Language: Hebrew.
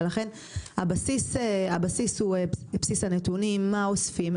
ולכן הבסיס הוא בסיס הנתונים מה אוספים,